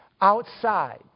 outside